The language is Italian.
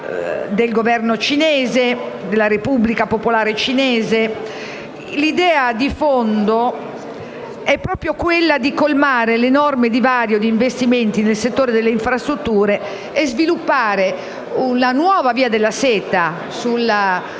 Per volontà della Repubblica popolare cinese, però, l'idea di fondo è proprio quella di colmare l'enorme divario di investimenti nel settore delle infrastrutture e sviluppare una nuova via della seta sulla